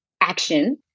action